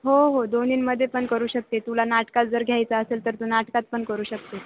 हो हो दोनींमध्ये पण करू शकते तुला नाटकात जर घ्यायचा असेल तर तो नाटकात पण करू शकते